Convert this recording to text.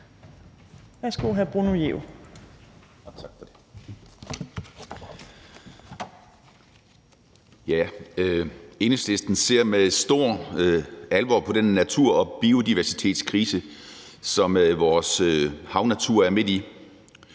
Værsgo, hr. Bruno Jerup.